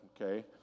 Okay